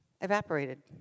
evaporated